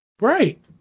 Right